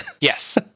Yes